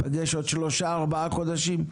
ניפגש בעוד 3-4 חודשים,